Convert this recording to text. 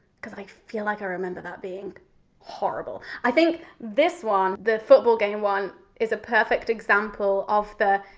because i feel like i remember that being horrible. i think this one, the football game one is a perfect example of the,